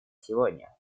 сегодня